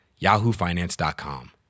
yahoofinance.com